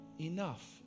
enough